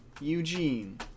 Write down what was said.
Eugene